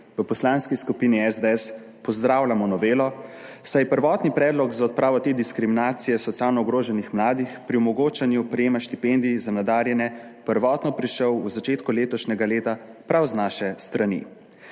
V Poslanski skupini SDS pozdravljamo novelo, saj je prvotni predlog za odpravo te diskriminacije socialno ogroženih mladih pri omogočanju prejema štipendij za nadarjene prvotno prišel v začetku letošnjega leta prav z naše strani.